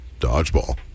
Dodgeball